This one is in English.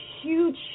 huge